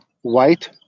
white